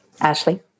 ashley